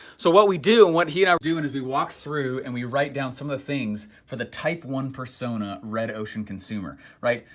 so what we do and what he and i do, and as we walked through and we write down some of the things for the type one persona, red ocean consumer, right?